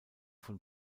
von